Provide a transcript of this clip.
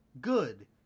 good